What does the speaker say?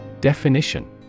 Definition